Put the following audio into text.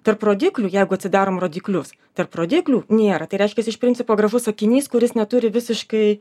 tarp rodiklių jegu atsidarom rodiklius tarp rodiklių nėra tai reiškias iš principo gražus sakinys kuris neturi visiškai